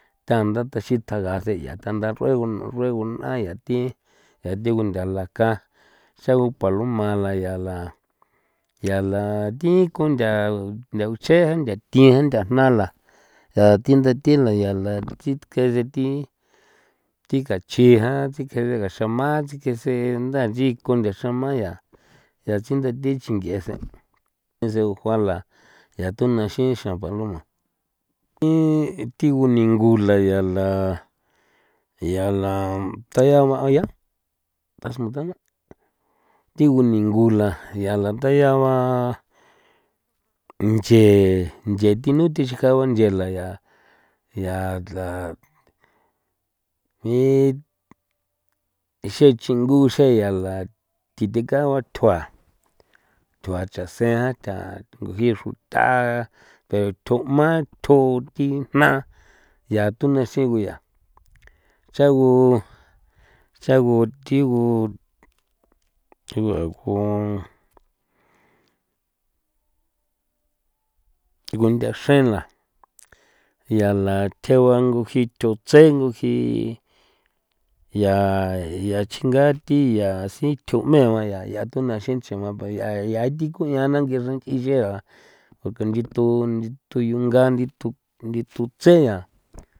Tanda taxi tjaga seya tanda ruego no ruego naya yati yati gulanthakan xraa gu paloma la yala yala thin kuntha ntha ucheje ntha thiji nthajnala ya thi ntha thila yala thi kja thi kachi jan thikjele gaxema thikesen ndanchiin ko nthaxema yaa ya tsindathi chink'e sen dese ujuala ya tununxixa paloma thii thiguningula yala yala tayabaya thi guningula yala tayaba nche nche thino tjixijaba nyela ya ya la ixe chingu xeyala thithekaua thjua thjua chasen jan tha ngujii xruta pero thujma thju thi jna ya tunuexi guya cha gu chagu thigu gu a gu gunthaxren la yala thegua ngujii thutse ngujii ya ya chingathi yaa sithu 'meba ya ya tonanxi nchejma paya ya thi ku'iana nge xran nch'i yea porque nyitu nyitu yunga nyitu nyitu tsean.